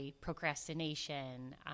procrastination